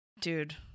dude